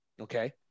okay